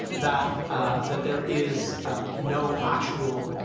that that there is no actual